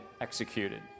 executed